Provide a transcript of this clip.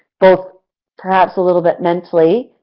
both perhaps a little bit mentally,